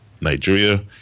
Nigeria